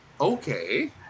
Okay